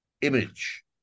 image